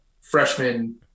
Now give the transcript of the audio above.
freshman